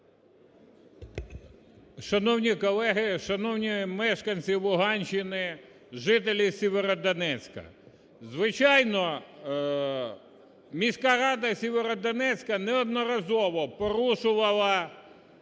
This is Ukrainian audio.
Шановні колеги, шановні мешканці Луганщини, жителі Сєвєродонецька. Звичайно міська рада Сєвєродонецька неодноразово порушувала